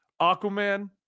Aquaman